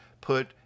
put